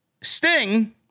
Sting